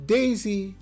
Daisy